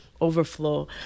overflow